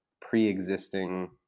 pre-existing